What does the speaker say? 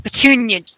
Petunia